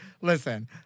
Listen